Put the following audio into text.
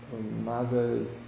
mother's